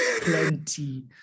plenty